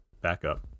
backup